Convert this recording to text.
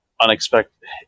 unexpected